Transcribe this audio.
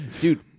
Dude